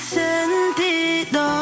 sentido